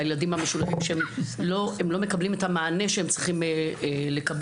הילדים המשולבים שלא מקבלים את המענה שהם צריכים לקבל,